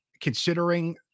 considering –